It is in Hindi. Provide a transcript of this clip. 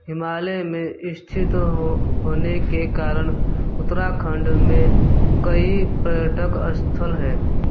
हिमालय में स्थित हो होने के कारण उत्तराखंड में कई पर्यटक स्थल हैं